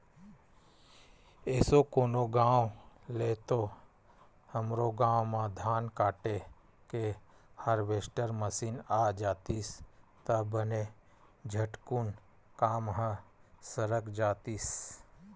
एसो कोन गाँव ले तो हमरो गाँव म धान काटे के हारवेस्टर मसीन आ जातिस त बने झटकुन काम ह सरक जातिस